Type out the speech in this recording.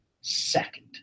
second